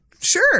sure